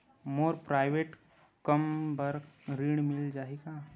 मोर private कम बर ऋण मिल जाही का?